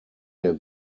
der